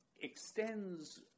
extends